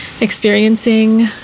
experiencing